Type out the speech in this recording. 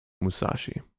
Musashi